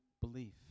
belief